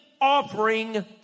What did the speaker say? offering